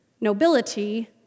nobility